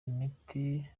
imiti